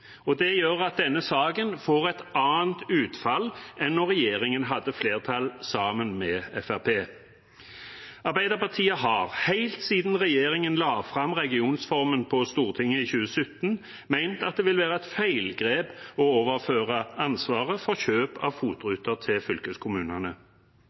Det gjør at denne saken får et annet utfall enn da regjeringen hadde flertall sammen med Fremskrittspartiet. Arbeiderpartiet har helt siden regjeringen la fram regionreformen på Stortinget i 2017, ment at det ville være et feilgrep å overføre ansvaret for kjøp av